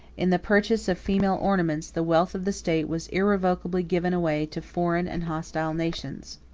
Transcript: in the purchase of female ornaments, the wealth of the state was irrecoverably given away to foreign and hostile nations.